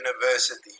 university